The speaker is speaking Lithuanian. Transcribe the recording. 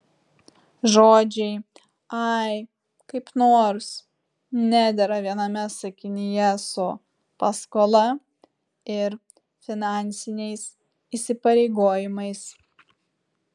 žodžiai ai kaip nors nedera viename sakinyje su paskola ir finansiniais įsipareigojimais